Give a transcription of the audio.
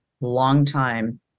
long-time